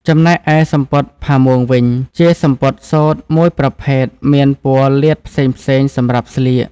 ចំណែកឯសំពត់ផាមួងវិញ ជាសំពត់សូត្រមួយប្រភេទមានព័ណ៌លាតផ្សេងៗសម្រាប់ស្លៀក។